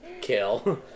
Kill